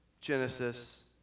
Genesis